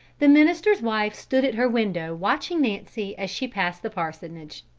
the minister's wife stood at her window watching nancy as she passed the parsonage.